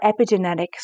epigenetics